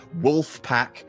Wolfpack